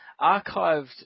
archived